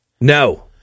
No